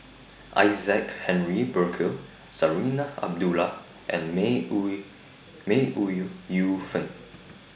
Isaac Henry Burkill Zarinah Abdullah and May Ooi May Ooi Yu Yu Fen